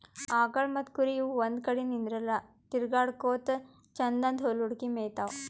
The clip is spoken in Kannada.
ಆಕಳ್ ಮತ್ತ್ ಕುರಿ ಇವ್ ಒಂದ್ ಕಡಿ ನಿಂದ್ರಲ್ಲಾ ತಿರ್ಗಾಡಕೋತ್ ಛಂದನ್ದ್ ಹುಲ್ಲ್ ಹುಡುಕಿ ಮೇಯ್ತಾವ್